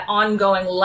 ongoing